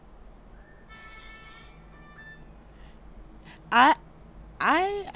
I I